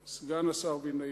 ברמה העקרונית, אענה לך מייד.